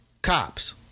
Cops